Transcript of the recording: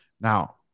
now